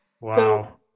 Wow